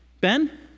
Ben